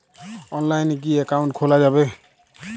অনলাইনে কি অ্যাকাউন্ট খোলা যাবে?